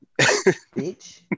bitch